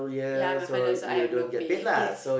ya my father also I have no pay yes